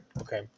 Okay